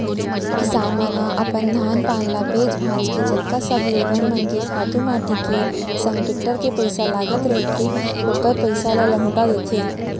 किसान मन ह अपन धान पान ल बेंच भांज के जतका सब लोगन मन के खातू माटी के संग टेक्टर के पइसा लगत रहिथे ओखर पइसा ल लहूटा देथे